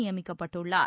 நியமிக்கப்பட்டுள்ளார்